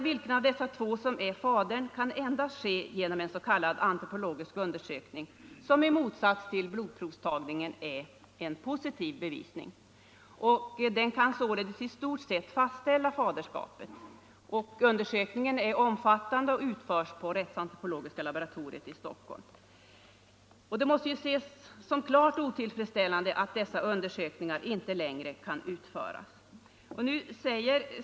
Vilken av dessa två som är fadern kan endast fastställas genom en s.k. antropologisk undersökning, som i motsats till blodprovstagningen är en positiv bevisning. Den kan således i stort sett fastställa faderskapet. Undersökningen är omfattande och utförs på rättsantropologiska laboratoriet i Stockholm. Det måste ses som klart otillfredsställande att sådana undersökningar inte längre kan utföras.